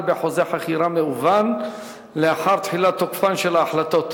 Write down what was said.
בחוזה חכירה מהוון לאחר תחילת תוקפן של ההחלטות.